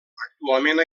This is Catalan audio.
actualment